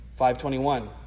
5.21